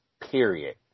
Period